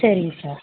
சரிங்க சார்